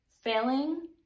Failing